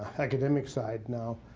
academic side now,